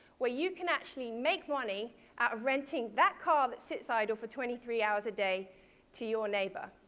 where you can actually make money out of renting that car that sits idle for twenty three hours a day to your neighbor.